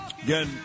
Again